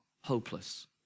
hopeless